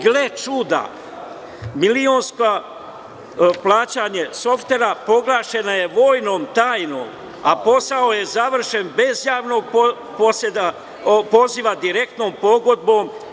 Gle čuda, milionsko plaćanje softvera proglašeno je vojnom tajnom, a posao je završen bez javnog poziva direktnom pogodbom.